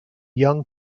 young